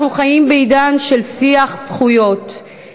אנחנו חיים בעידן של שיח זכויות,